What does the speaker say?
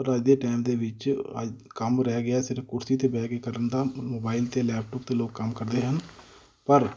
ਪਰ ਅੱਜ ਦੇ ਟਾਈਮ ਦੇ ਵਿੱਚ ਅੱਜ ਕੰਮ ਰਹਿ ਗਿਆ ਸਿਰਫ ਕੁਰਸੀ 'ਤੇ ਬਹਿ ਕੇ ਕਰਨ ਦਾ ਮੋਬਾਈਲ 'ਤੇ ਲੈਪਟੋਪ 'ਤੇ ਲੋਕ ਕੰਮ ਕਰਦੇ ਹਨ ਪਰ